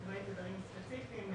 תדרים ספציפיים,